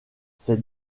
c’est